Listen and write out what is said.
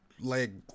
leg